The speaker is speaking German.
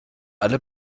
alle